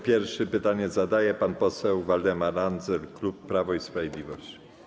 Pierwszy pytanie zadaje pan poseł Waldemar Andzel, klub Prawo i Sprawiedliwość.